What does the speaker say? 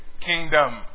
kingdom